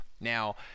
now